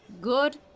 Good